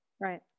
Right